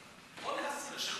ושכנעתי את כולם,